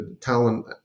talent